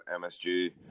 MSG